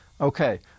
okay